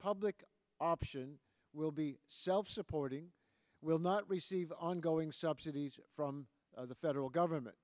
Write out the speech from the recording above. public option will be self supporting will not receive ongoing subsidies from the federal government